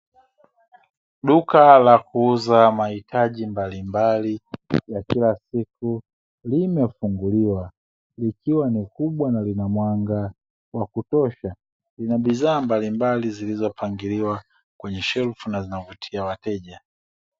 Duka la kuuza mahitaji mbalimbali ya kila siku limefunguliwa, likiwa ni kubwa na lina mwanga wa kutosha. Llina bidhaa mbalimbali zilizopangiliwa kwenye shelfu na zinavutia wateja.